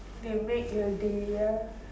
they make your day ya